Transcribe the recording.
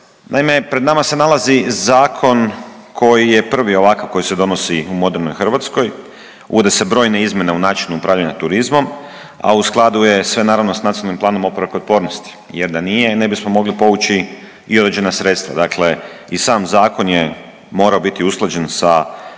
Naime, pred nama se nalazi zakon koji je prvi ovakav koji se donosi u modernoj Hrvatskoj. Uvode se brojne izmjene u načinu upravljanja turizmom, a u skladu je sve naravno sa Nacionalnim planom oporavka i otpornosti jer da nije ne bismo mogli povući i određena sredstva. Dakle i sam zakon je morao biti usklađen sa